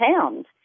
pounds